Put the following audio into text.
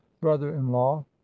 brother-in-law